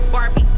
Barbie